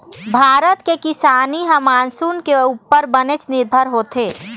भारत के किसानी ह मानसून के उप्पर बनेच निरभर होथे